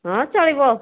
ହଁ ଚଳିବ